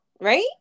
right